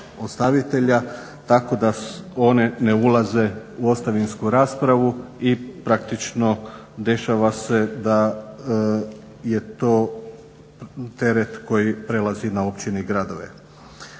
ostavitelja tako da one ne ulaze u ostavinsku raspravu i praktično dešava se da je to teret koji prelazi na općinu i gradove.